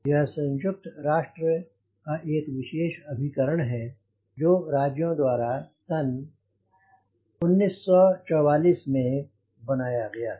यह संयुक्त राष्ट्र का एक विशेष अभिकरण है जो राज्यों द्वारा सन 1944 में बनाया गया था